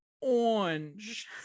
orange